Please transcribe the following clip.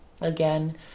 again